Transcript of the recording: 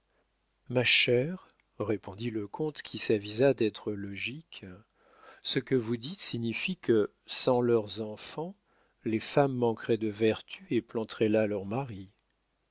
ma chère répondit le comte qui s'avisa d'être logique ce que vous dites signifie que sans leurs enfants les femmes manqueraient de vertu et planteraient là leurs maris